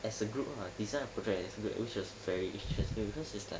as a group ah design a project which was very interesting because it's like